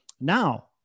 Now